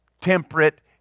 temperate